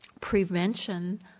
prevention